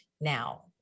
now